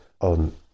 on